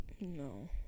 No